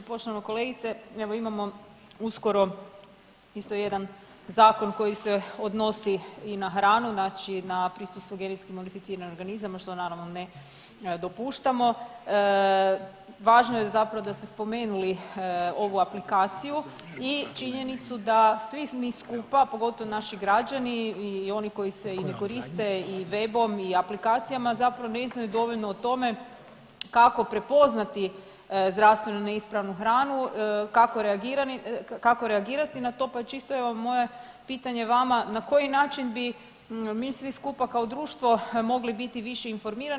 Poštovana kolegice, evo imamo uskoro isto jedan zakon koji se odnosi i na hranu znači na prisustvo GMO-a što naravno ne dopuštamo, važno je zapravo da ste spomenuli ovu aplikaciji i činjenicu da svi mi skupa, pogotovo naši građani i oni koji se ne koriste i web-om i aplikacijama zapravo ne znaju dovoljno o tome kako prepoznati zdravstveno neispravnu hranu, kako reagirati na to, pa čisto evo moje pitanje vama na koji način bi mi svi skupa kao društvo mogli biti više informirani?